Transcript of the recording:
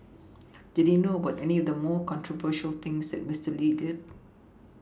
did he know about any of the more controversial things that Mister Lee did